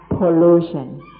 Pollution